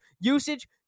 usage